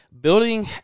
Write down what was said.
building